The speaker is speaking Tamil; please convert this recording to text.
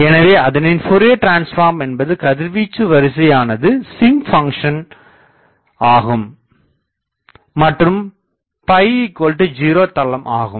எனவே அதனின் ஃபோரியர் டிரான்ஸ்ஃபார்ம் என்பது கதிர்வீச்சு வரிசையானது sinc பங்க்ஷன் ஆகும் மற்றும் 0தளம் ஆகும்